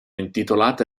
intitolate